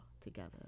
together